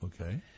Okay